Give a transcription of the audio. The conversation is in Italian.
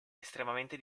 estremamente